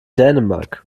dänemark